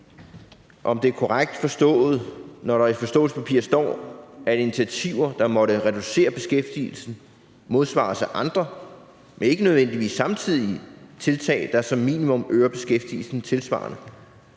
om det er korrekt forstået, at når der i forståelsespapiret står, at initiativer, der måtte reducere beskæftigelsen, modsvares af andre, men ikke nødvendigvis samtidige tiltag, der som minimum øger beskæftigelsen tilsvarende;